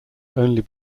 only